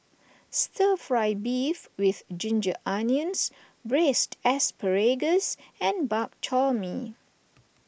Stir Fry Beef with Ginger Onions Braised Asparagus and Bak Chor Mee